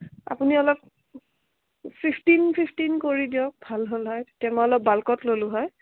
আপুনি অলপ sixteen fifteen কৰি দিয়ক ভাল হ'ল হয় তেতিয়া মই অলপ বাল্কত ল'লোঁ হয়